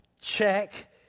check